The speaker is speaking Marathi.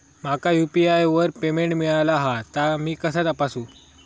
माका यू.पी.आय वर पेमेंट मिळाला हा ता मी कसा तपासू?